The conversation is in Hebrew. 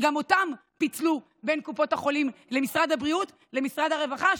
שגם אותם פיצלו בין קופות החולים למשרד הבריאות ולמשרד הרווחה,